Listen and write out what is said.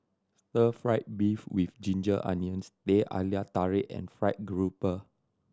stir fried beef with ginger onions Teh Halia Tarik and Fried Garoupa